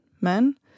men